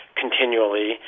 continually